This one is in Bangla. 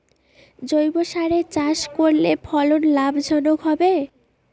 জৈবসারে চাষ করলে ফলন লাভজনক হবে?